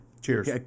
Cheers